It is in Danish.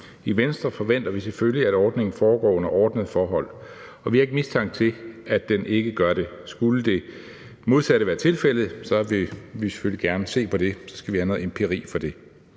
I Venstre forventer vi selvfølgelig, at ordningen foregår under ordnede forhold, og vi har ikke mistanke om, at den ikke gør det. Skulle det modsatte være tilfældet, vil vi selvfølgelig gerne se på det; så skal vi have noget empiri for det.